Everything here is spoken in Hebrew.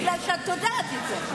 בגלל זה, בגלל שאת יודעת את זה.